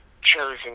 chosen